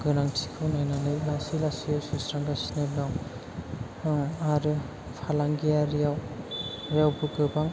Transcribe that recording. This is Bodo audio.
गोनांथिखौ नायनानै लासै लासैयै सुस्रांगासिनो दं आरो फालांगियारियावबो गोबां